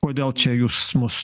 kodėl čia jūs mus